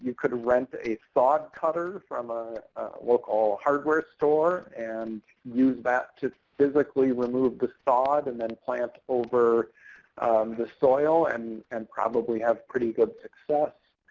could rent a sod cutter from a local hardware store and use that to physically remove the sod and then plant over the soil, and and probably have pretty good success.